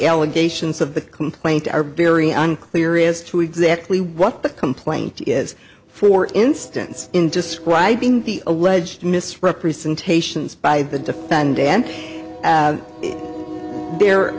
allegations of the complaint are very unclear is to exactly what the complaint is for instance in describing the alleged misrepresentations by the